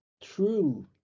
true